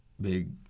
big